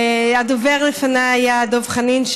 הדובר לפניי היה דב חנין,